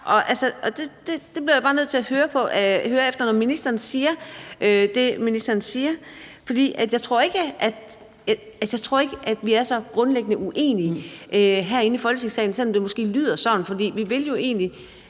der bliver jeg bare nødt til at høre om det, når ministeren siger det, ministeren siger. For jeg tror ikke, at vi er så grundlæggende uenige herinde i Folketingssalen, selv om det måske lyder sådan,